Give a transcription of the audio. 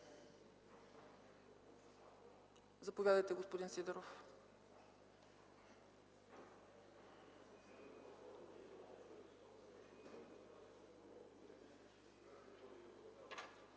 Заповядайте, господин Сидеров.